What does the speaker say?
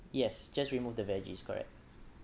yes just remove the veggies correct